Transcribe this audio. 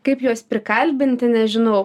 kaip juos prikalbinti nežinau